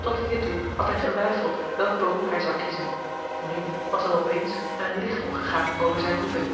tot hiertoe had hij geweifeld welk beroep hij zou kiezen nu was hem op eens een licht opgegaan over zijne roeping